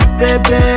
baby